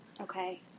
Okay